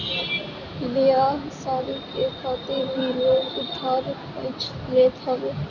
बियाह शादी करे खातिर भी लोग उधार पइचा लेत हवे